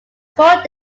cold